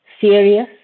serious